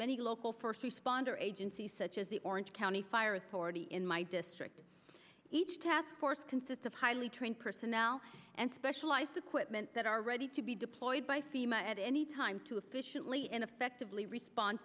many local first responder agencies such as the orange county fire authority in my district each task force consists of highly trained personnel and specialized equipment that are ready to be deployed by fema at any time to officially and effectively respond